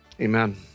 Amen